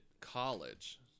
college